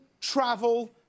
travel